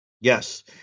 Yes